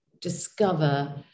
discover